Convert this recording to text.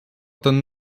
ten